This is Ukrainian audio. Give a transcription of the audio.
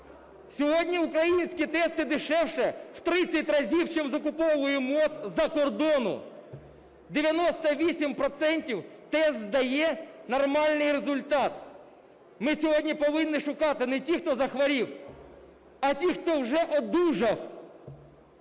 Сьогодні українські тести дешевше в 30 разів, чим закуповує МОЗ з-за кордону. 98 процентів тест дає нормальний результат. Ми сьогодні повинні шукати не тих, хто захворів, а тих, хто вже одужав.